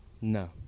No